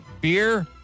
beer